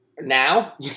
Now